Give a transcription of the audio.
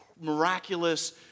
miraculous